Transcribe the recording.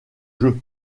jeu